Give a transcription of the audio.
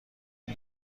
این